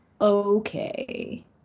okay